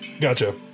Gotcha